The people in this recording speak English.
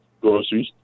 groceries